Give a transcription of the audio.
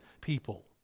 people